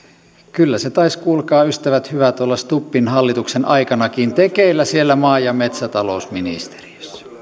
kyllä se taisi kuulkaa ystävät hyvät olla stubbin hallituksen aikanakin tekeillä siellä maa ja metsätalousministeriössä